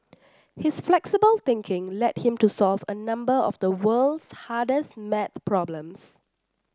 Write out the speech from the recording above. his flexible thinking led him to solve a number of the world's hardest maths problems